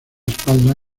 espalda